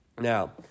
Now